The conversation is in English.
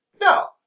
no